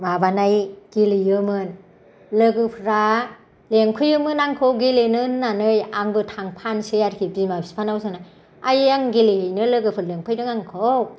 माबानाय गेलेयोमोन लोगोफोरा लिंफैयोमोन आंखौ गेलेनो होननानै आंबो थांखानोसै आरोखि बिमा बिफानाव सोंनानै आइयै आं गेलेहैनो लोगोफोर लिंफैदों आंखौ